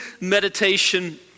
meditation